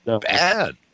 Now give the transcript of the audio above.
bad